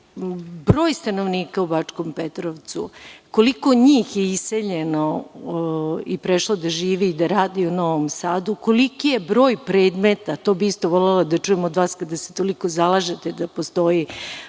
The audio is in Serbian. broj stanovnika u Bačkom Petrovcu, koliko njih je iseljeno i prešlo da živi i da radi u Novom Sadu, koliki je broj predmeta, to bi isto volela da čujem od vas, kada se toliko zalažete da postoji